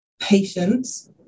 patience